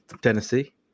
Tennessee